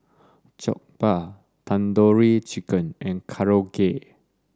Jokbal Tandoori Chicken and Korokke